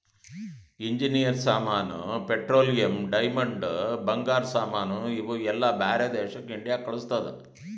engineer ಸಾಮಾನ್, petroleum, diamond, ಬಂಗಾರ ಸಾಮಾನ್ ಇವು ಎಲ್ಲಾ ಬ್ಯಾರೆ ದೇಶಕ್ ಇಂಡಿಯಾ ಕಳುಸ್ತುದ್